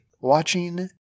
watching